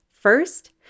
First